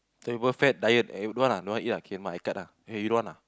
tell people fat diet don't want ah don't want eat ah okay nevermind i cut ah eh you don't want ah